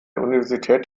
universität